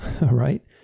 right